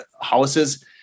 houses